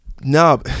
No